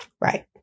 Right